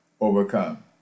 overcome